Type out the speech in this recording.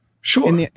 sure